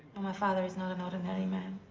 my father is not an ordinary man.